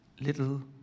little